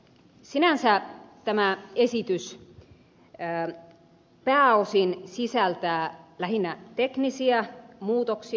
sinänsä tämä esitys pääosin sisältää lähinnä teknisiä muutoksia